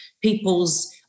people's